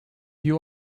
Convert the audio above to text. you